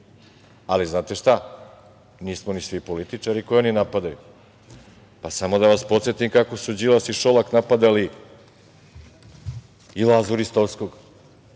ali znate šta – nismo ni svi političari koje oni napadaju. Samo da vas podsetim kako su Đilas i Šolak napadali i Lazu Ristovskog.